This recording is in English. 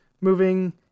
moving